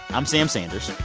i'm sam sanders.